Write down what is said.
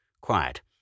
Quiet